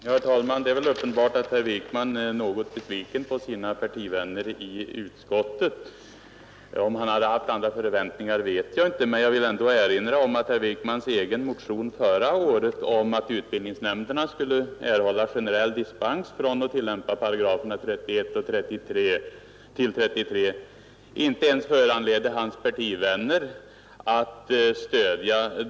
Herr talman! Det är väl uppenbart att herr Wijk man är något besviken på sina partivänner i utskottet. Hur stora förväntningar han hade vet jag inte, men jag vill erinra om att herr Wijk mans egen motion förra året om att utbildningsnämnderna skulle få generell dispens från att tillämpa 31—33 §§ inte fick stöd ens av herr Wijkmans partivänner.